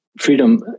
freedom